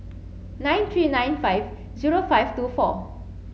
nine three nine five zero five two four